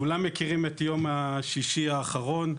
כולם מכירים את יום השישי האחרון,